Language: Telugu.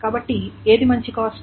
కాబట్టి ఏది మంచి కాస్ట్